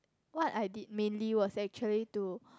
what I did mainly was actually to